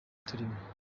turimo